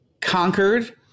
conquered